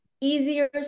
easier